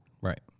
right